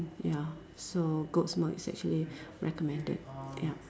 ya so goat's milk is actually recommended ya